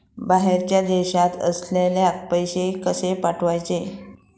बाहेरच्या देशात असलेल्याक पैसे कसे पाठवचे?